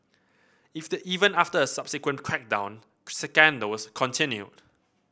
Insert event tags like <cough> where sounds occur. <unintelligible> after a subsequent crackdown scandals continued